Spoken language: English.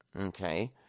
Okay